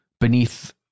beneath